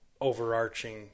overarching